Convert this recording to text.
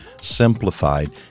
simplified